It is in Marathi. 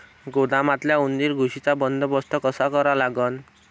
गोदामातल्या उंदीर, घुशीचा बंदोबस्त कसा करा लागन?